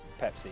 Pepsi